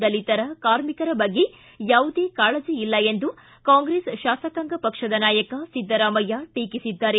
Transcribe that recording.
ದಲಿತರ ಕಾರ್ಮಿಕರ ಬಗ್ಗೆ ಯಾವುದೇ ಕಾಳಜಿ ಇಲ್ಲ ಎಂದು ಕಾಂಗ್ರೆಸ್ ಶಾಸಕಾಂಗ ಪಕ್ಷದ ನಾಯಕ ಸಿದ್ದರಾಮಯ್ಯ ಟೀಕಿಸಿದ್ದಾರೆ